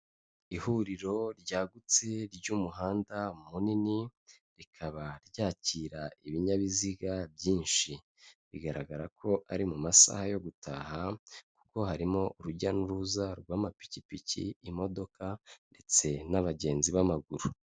Ihuriro ryagutse ry'umuhanda munini, rikaba ryakira ibinyabiziga byinshi, bigaragara ko ari mu masaha yo gutaha kuko harimo urujya n'uruza rw'amapikipiki, imodoka ndetse n'abagenzi b'amaguru.